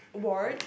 what